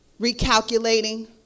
recalculating